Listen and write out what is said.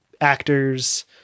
actors